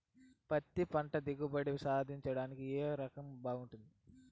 పత్తి పంట దిగుబడి సాధించడానికి ఏ రకం బాగుంటుంది?